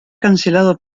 cancelado